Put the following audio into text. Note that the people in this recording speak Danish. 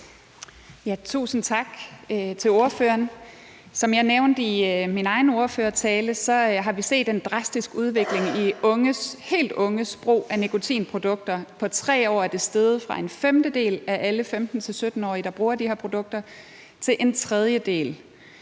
Tusind tak til ordføreren. Som jeg nævnte i min egen ordførertale, har vi set en drastisk udvikling i helt unges brug af nikotinprodukter. På 3 år er det steget fra at være en femtedel af alle 15-17-årige, der bruger de her produkter, til at være en tredjedel.